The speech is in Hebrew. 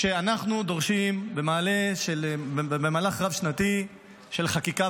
שאנחנו דורשים במהלך רב-שנתי של חקיקה